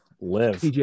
Live